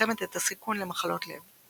מצמצמת את הסיכון למחלות לב.